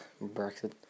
Brexit